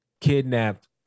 kidnapped